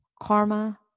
Karma